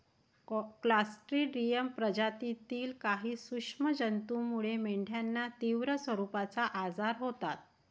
Clostridium प्रजातीतील काही सूक्ष्म जंतूमुळे मेंढ्यांना तीव्र स्वरूपाचे आजार होतात